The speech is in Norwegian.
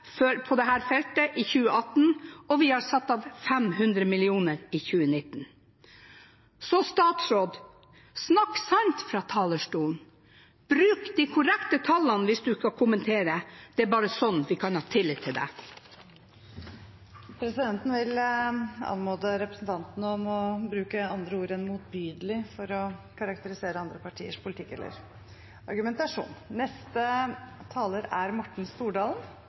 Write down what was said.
på dette feltet i 2018, og vi har satt av 500 mill. kr i 2019. Så statsråd: Snakk sant fra talerstolen. Bruk de korrekte tallene hvis noe skal kommenteres. Det er bare sånn vi kan ha tillit. Presidenten vil anmode representanten om å bruke andre ord enn «motbydelig» for å karakterisere andre partiers politikk eller argumentasjon. Det er